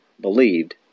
believed